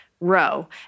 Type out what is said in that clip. Row